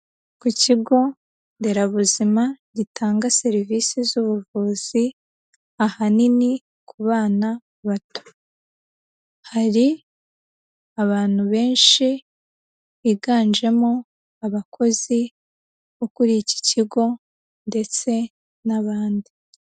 Ku kigo nderabuzima gitanga serivisi z'ubuvuzi, ahanini ku bana bato. Hari abantu benshi biganjemo abakozi bo kuri iki kigo ndetse n'abandi.